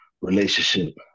relationship